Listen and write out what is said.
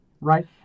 Right